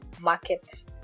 market